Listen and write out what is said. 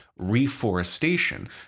Reforestation